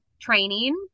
training